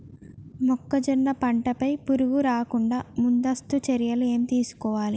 మొక్కజొన్న పంట పై పురుగు రాకుండా ముందస్తు చర్యలు ఏం తీసుకోవాలి?